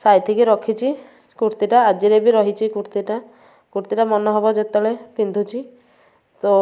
ସାଇତିକି ରଖିଛି କୁର୍ତ୍ତୀଟା ଆଜିରେ ବି ରହିଛି କୁର୍ତ୍ତୀଟା କୁର୍ତ୍ତୀଟା ମନ ହବ ଯେତେବେଳେ ପିନ୍ଧୁଛି ତ